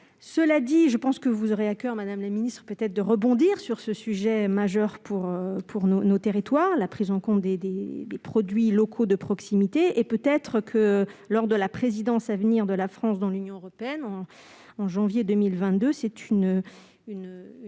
cela dit, je pense que vous aurez à coeur, Madame la Ministre, peut-être, de rebondir sur ce sujet majeur pour pour nos nos territoires, la prise en compte des, des, des produits locaux de proximité et peut-être que lors de la présidence à venir de la France dans l'Union européenne en janvier 2022 c'est une